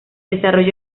desarrollo